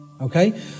okay